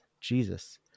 Jesus